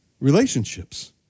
relationships